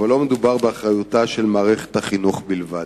אבל לא מדובר באחריותה של מערכת החינוך בלבד.